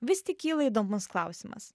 vis tik kyla įdomus klausimas